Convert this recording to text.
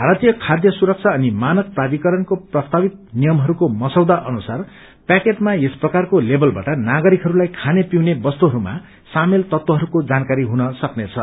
भारतीय खाय सुरक्षा अनि मानक प्राधिकरणको प्रस्तावित नियमहरूका मसौदा अनुसार प्याकेटमा यस प्रकारको लेबलबाट नागरिकहरूलाई खाने पिउने वस्तुहरूमा सामेल तत्वहरूको जानकारी हुन सक्नेछ